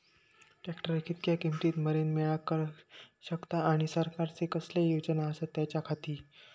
Tractor कितक्या किमती मरेन मेळाक शकता आनी सरकारचे कसले योजना आसत त्याच्याखाती?